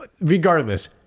Regardless